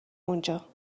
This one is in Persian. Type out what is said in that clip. اونجا